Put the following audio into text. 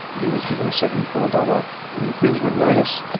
he was given a seventy four dollars infringement notice,